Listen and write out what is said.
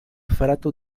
frato